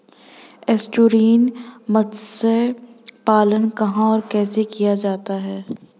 Estuarine मत्स्य पालन कहां और कैसे किया जाता है?